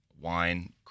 wine